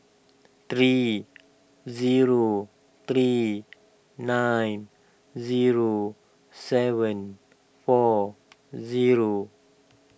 three zero three nine zero seven four zero